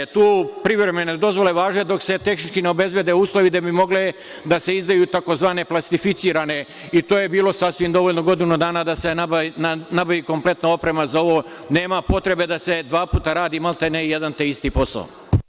Tu privremene dozvole važe dok se tehnički ne obezbede uslovi da bi mogle da se izdaju, tzv. plastificirane i to je bilo sasvim dovoljno godinu dana da se nabavi kompletna oprema za ovo, nema potrebe da se dva puta radi, maltene jedan te isti posao.